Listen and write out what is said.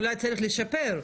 אולי צריך לשפר,